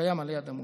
שקיים עלי אדמות.